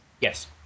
Yes